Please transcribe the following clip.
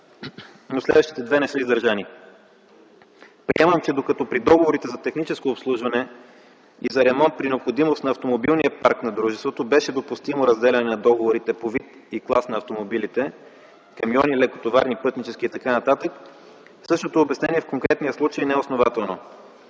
но следващите две не са изразени. Приемам, че докато при договорите за техническо обслужване и за ремонт при необходимост на автомобилния парк на дружеството беше допустимо разделяне на договорите по вид и клас на автомобилите – камиони, лекотоварни, пътнически т.н., същото обяснение в конкретния случай не е основателно.